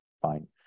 Fine